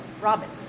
Robin